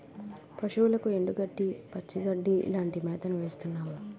పశువులకు ఎండుగడ్డి, పచ్చిగడ్డీ లాంటి మేతను వేస్తున్నాము